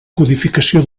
codificació